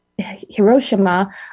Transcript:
Hiroshima